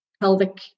pelvic